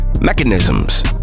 mechanisms